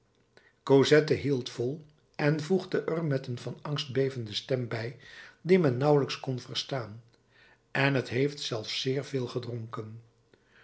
cosette hield vol en voegde er met een van angst bevende stem bij die men nauwelijks kon verstaan en t heeft zelfs zeer veel gedronken